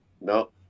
No